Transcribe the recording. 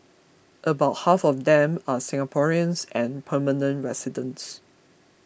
about half of them are Singaporeans and permanent residents